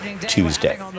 Tuesday